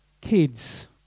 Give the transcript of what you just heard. kids